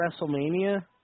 WrestleMania